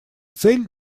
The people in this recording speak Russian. цель